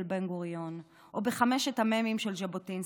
בן-גוריון ובין בחמשת המ"מים של ז'בוטינסקי,